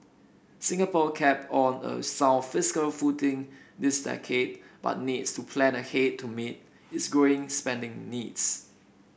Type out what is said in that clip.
Singapore kept on a sound fiscal footing this decade but needs to plan ahead to meet its growing spending needs